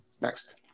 Next